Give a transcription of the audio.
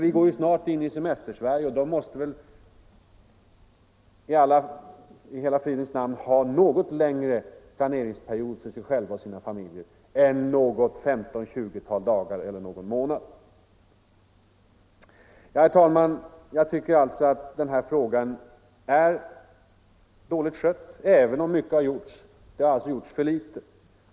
Vi går ju snart in i perioden Semestersverige, och de måste väl i fridens namn få en något längre planeringstid för sig själva och sina familjer än bara något 15-20-tal dagar eller någon månad! Herr talman! Jag tycker att denna fråga är dåligt skött. Även om mycket har gjorts har det alltså gjorts för litet.